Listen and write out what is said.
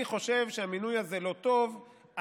אני חושב שהמינוי הזה לא טוב.